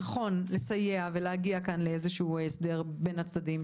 שנכון לסייע ולהגיע כאן לאיזה הסדר בין הצדדים.